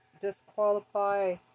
disqualify